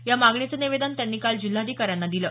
या मागणीचं निवेदन त्यांनी काल जिल्हाधिकाऱ्यांना दिलं